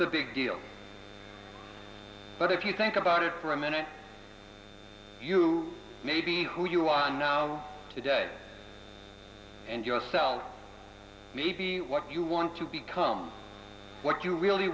a big deal but if you think about it for a minute you may be who you are now today and yourself maybe what you want to become what you really